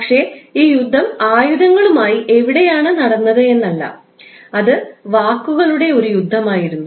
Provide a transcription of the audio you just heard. അതിനാൽ ഈ യുദ്ധം ആയുധങ്ങളുമായി എവിടെയാണ് നടന്നത് എന്നല്ല അത് വാക്കുകളുടെ ഒരു യുദ്ധമായിരുന്നു